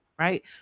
Right